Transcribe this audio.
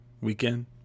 weekend